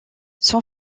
son